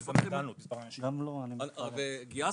גייסנו,